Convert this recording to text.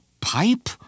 pipe